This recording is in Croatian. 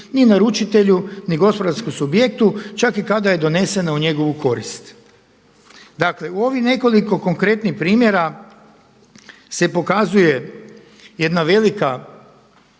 ni naručitelju, ni gospodarskom subjektu čak i kada je donesena u njegovu korist. Dakle, u ovih nekoliko konkretnih primjera se pokazuje jedna velika